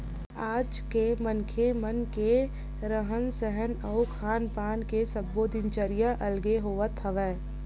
आज के मनखे मन के रहन सहन अउ खान पान के सब्बो दिनचरया अलगे होवत हवय